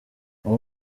ubu